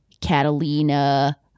Catalina